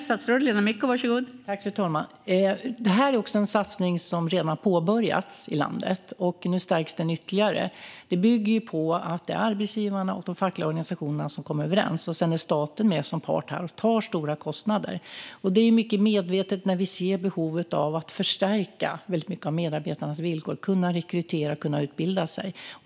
Fru talman! Detta är en satsning som redan har påbörjats i landet, och nu stärks den ytterligare. Det bygger på att arbetsgivarna och de fackliga organisationerna kommer överens, och sedan är staten med som part och tar stora kostnader. Detta är mycket medvetet när vi ser behovet av att förstärka en stor del av medarbetarnas villkor när det gäller rekrytering och utbildning.